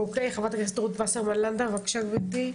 חברת הכנסת רות וסרמן לנדה, בבקשה גברתי.